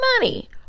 money